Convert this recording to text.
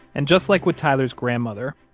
and just like with tyler's grandmother,